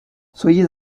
soyez